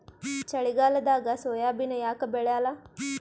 ಚಳಿಗಾಲದಾಗ ಸೋಯಾಬಿನ ಯಾಕ ಬೆಳ್ಯಾಲ?